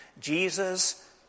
Jesus